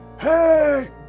Hey